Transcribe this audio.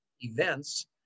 events